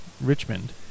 Richmond